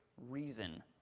reason